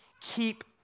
Keep